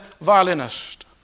violinist